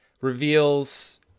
reveals